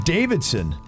Davidson